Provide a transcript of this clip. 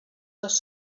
les